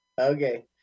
okay